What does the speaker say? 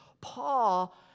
Paul